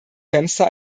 fenster